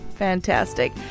Fantastic